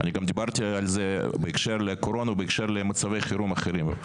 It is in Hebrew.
אני גם דיברתי על זה בהקשר לקורונה ובהקשר למצבי חירום אחרים.